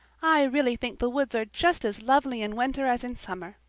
i really think the woods are just as lovely in winter as in summer.